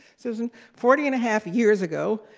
susan forty and a half years ago,